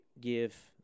give